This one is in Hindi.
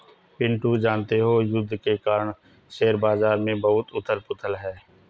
पिंटू जानते हो युद्ध के कारण शेयर बाजार में बहुत उथल पुथल है